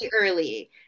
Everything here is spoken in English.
early